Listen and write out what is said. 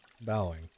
bowing